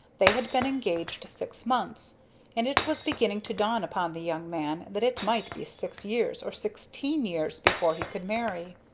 they had been engaged six months and it was beginning to dawn upon the young man that it might be six years or sixteen years before he could marry.